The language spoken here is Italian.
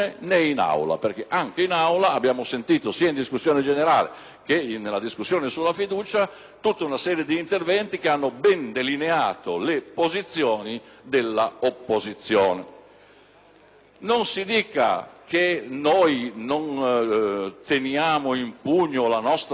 che nella discussione sulla fiducia, una serie di interventi che hanno ben delineato le posizioni dell'opposizione. Non si dica che non teniamo in pugno la nostra maggioranza e ricorriamo alla fiducia per questo, perché